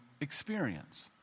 experience